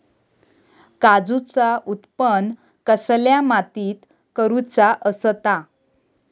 काजूचा उत्त्पन कसल्या मातीत करुचा असता?